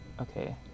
okay